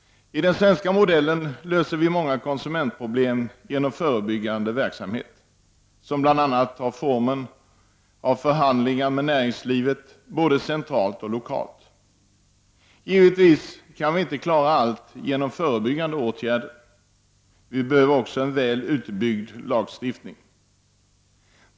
I den svenska modellen löser vi många konsumentproblem genom förebyggande verksamhet, som bl.a. tar formen av förhandlingar med näringslivet, både centralt och lokalt. Givetvis kan vi inte klara allt genom förebyggande åtgärder. Vi behöver också en väl utbyggd lagstiftning.